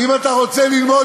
ואם אתה רוצה ללמוד,